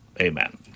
Amen